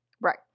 right